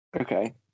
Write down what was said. Okay